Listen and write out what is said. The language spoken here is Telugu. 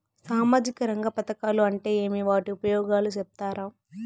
సామాజిక రంగ పథకాలు అంటే ఏమి? వాటి ఉపయోగాలు సెప్తారా?